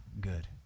good